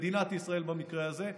מדינת ישראל במקרה הזה.